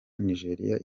nigeria